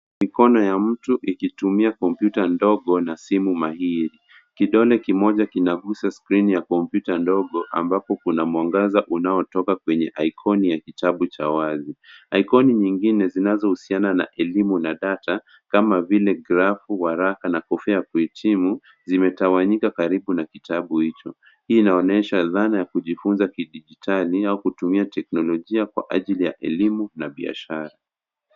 Mikono ya mtu ikitumia kompyuta ndogo na simu mahiri. Kidole kimoja kinagusa skrini ya kompyuta ndogo ambapo kuna mwangaza unaotoka kwenye ikoni ya kitabu cha wazi. Ikoni nyingine zinazohusiana na elimu na data kama vile grafu, waraka na kofia ya kuhitimu zimetawanyika karibu na kitabu hicho. Hii inaonyesha dhana ya kujifunza kidijitali au kutumia teknolojia kwa ajili ya elimu na biashara.